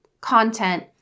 content